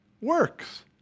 works